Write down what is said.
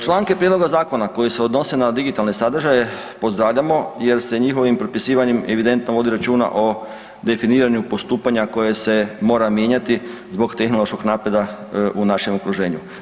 Članke prijedloga zakona koji se odnosi na digitalne sadržaje pozdravljamo jer se njihovim propisivanjem evidentno vodi računa o definiranju postupanja koje se mora mijenjati zbog tehnološka napretka u našem okruženju.